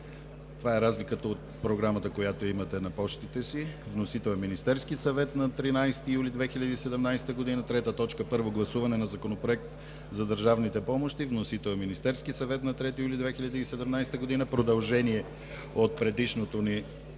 Това е разликата от програмата, която я имате на пощите си. Вносител е Министерският съвет на 13 юли 2017 г. 3. Първо гласуване на Законопроекта за държавните помощи. Вносител е Министерският съвет на 3 юли 2017 г. – продължение от предишното ни